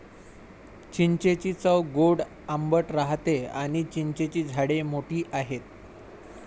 चिंचेची चव गोड आंबट राहते आणी चिंचेची झाडे मोठी आहेत